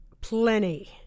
Plenty